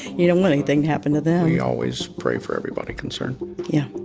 you don't want anything to happen to them we always pray for everybody concerned yeah